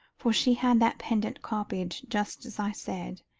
for she had that pendant copied, just as i said,